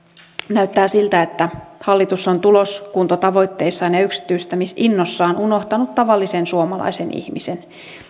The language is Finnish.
näyttää siltä että hallitus on tuloskuntotavoitteissaan ja yksityistämisinnossaan unohtanut tavallisen suomalaisen ihmisen